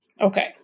Okay